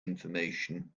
information